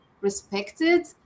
respected